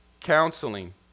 counseling